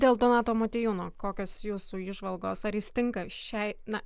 dėl donato motiejūno kokios jūsų įžvalgos ar jis tinka šiai na